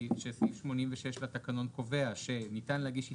כי סעיף 86 לתקנון קובע שניתן להגיש הסתייגות.